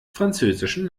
französischen